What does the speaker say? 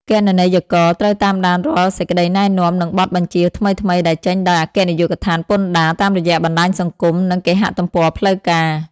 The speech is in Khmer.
គណនេយ្យករត្រូវតាមដានរាល់សេចក្តីណែនាំ និងបទបញ្ជាថ្មីៗដែលចេញដោយអគ្គនាយកដ្ឋានពន្ធដារតាមរយៈបណ្តាញសង្គម និងគេហទំព័រផ្លូវការ។